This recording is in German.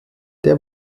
der